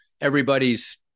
everybody's